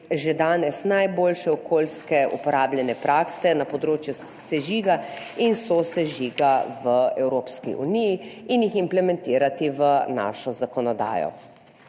že danes najboljše uporabljene okoljske prakse na področju sežiga in sosežiga v Evropski uniji in jih implementirati v našo zakonodajo.